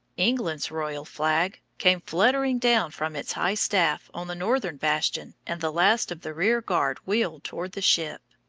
england's royal flag, came fluttering down from its high staff on the northern bastion and the last of the rear guard wheeled toward the ship.